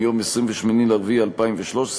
מ-28 באפריל 2013,